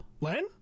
Len